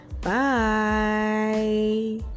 Bye